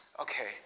Okay